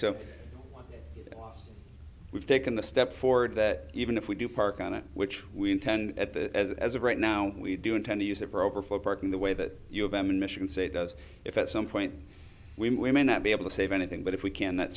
so we've taken a step forward that even if we do park on it which we intend at that as of right now we do intend to use it for overflow parking the way that you have them in michigan say it does if at some point we may not be able to save anything but if we can that